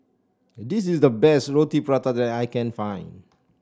this is the best Roti Prata that I can find